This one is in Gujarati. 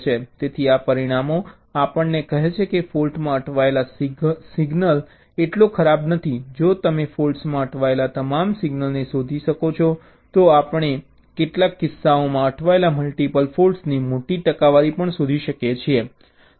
તેથી આ પરિણામો આપણને કહે છે કે ફૉલ્ટમાં અટવાયેલો સિંગલ એટલો ખરાબ નથી જો તમે ફૉલ્ટ્સમાં અટવાયેલા તમામ સિંગલને શોધી શકો છો તો આપણે કેટલાક કિસ્સાઓમાં અટવાયેલા મલ્ટીપલ ફૉલ્ટ્સની મોટી ટકાવારી પણ શોધી શકીએ છીએ